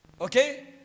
Okay